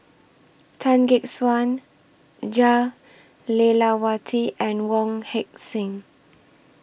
Tan Gek Suan Jah Lelawati and Wong Heck Sing